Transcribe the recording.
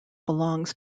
belongs